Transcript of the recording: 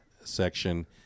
section